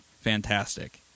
Fantastic